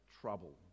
trouble